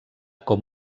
com